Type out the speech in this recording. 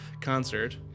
concert